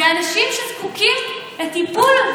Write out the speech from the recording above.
אלה אנשים שזקוקים לטיפול,